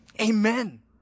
Amen